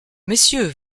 messieurs